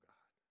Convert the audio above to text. God